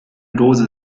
dose